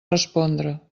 respondre